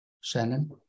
Shannon